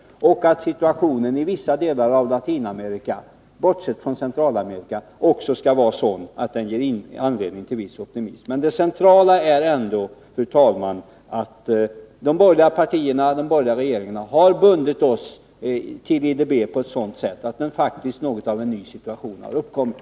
Situationen i vissa delar av Latinamerika, bortsett från Centralamerika, kanske också kan bli sådan att den ger anledning till viss optimism. Men det centrala är ändå, fru talman, att de borgerliga regeringarna har bundit oss till IDB på ett sådant sätt att något av en ny situation faktiskt har uppkommit.